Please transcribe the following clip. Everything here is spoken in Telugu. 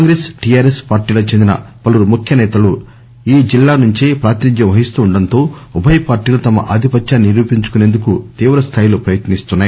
కాంగ్రెస్ టిఆర్ఎస్ పార్టీలకు చెందిన పలువురు ముఖ్య నేతలు ఈ జిల్లా నుంచే ప్రాతినిథ్యం వహిస్తుండటంతో ఉభయ పార్టీలు తమ ఆధిపత్యాన్ని నిరూపించుకొసేందుకు తీవ్రస్థాయిలో ప్రయత్ని స్తున్నాయి